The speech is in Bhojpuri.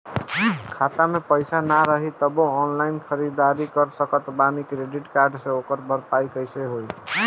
खाता में पैसा ना रही तबों ऑनलाइन ख़रीदारी कर सकत बानी क्रेडिट कार्ड से ओकर भरपाई कइसे होई?